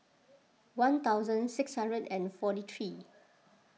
one thousand six hundred and forty three